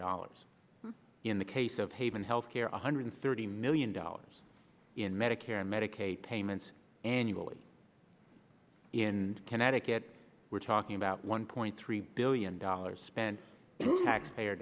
dollars in the case of haven health care one hundred thirty million dollars in medicare medicaid payments annually in connecticut we're talking about one point three billion dollars spent in taxpayer